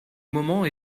moment